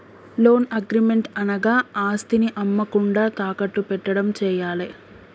loan agreement అనగా ఆస్తిని అమ్మకుండా తాకట్టు పెట్టడం చేయాలే